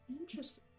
Interesting